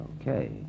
Okay